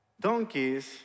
donkeys